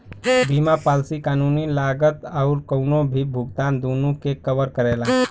बीमा पॉलिसी कानूनी लागत आउर कउनो भी भुगतान दूनो के कवर करेला